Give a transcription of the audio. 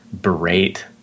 berate